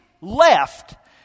left